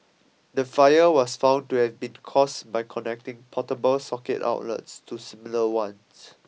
the fire was found to have been caused by connecting portable socket outlets to similar ones